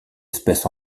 espèce